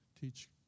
teach